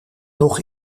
nog